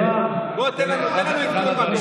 תן לנו עדכון מה קורה.